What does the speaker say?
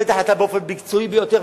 לקבל את ההחלטה באופן מקצועי ביותר,